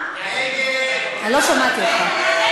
אני לא שמעתי אותך.